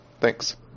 Thanks